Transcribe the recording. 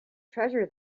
treasure